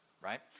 right